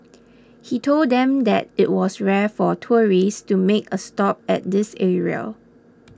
he told them that it was rare for tourists to make a stop at this area